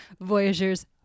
Voyagers